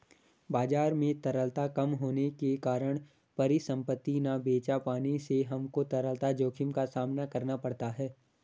बाजार में तरलता कम होने के कारण परिसंपत्ति ना बेच पाने से हमको तरलता जोखिम का सामना करना पड़ता है